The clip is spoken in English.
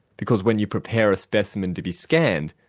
because when you prepare a specimen to be scanned,